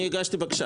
אני הגשתי בקשה.